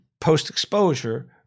post-exposure